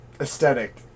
aesthetic